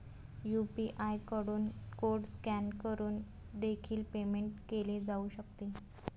UPI कडून code scan करून देखील पेमेंट केले जाऊ शकते